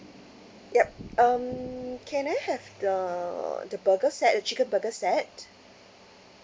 yup um can I have the the burger set the chicken burger set